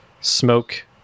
smoke